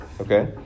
okay